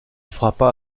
frappa